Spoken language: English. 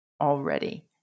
already